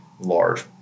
large